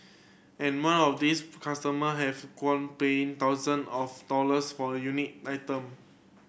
and men of these customer have qualm paying thousand of dollars for unique item